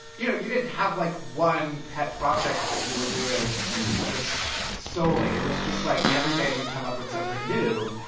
you know, you didn't have, like, one pet project that you were doing just solely. it was just, like, every day you'd come up with something new,